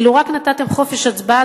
אילו רק נתתם חופש הצבעה,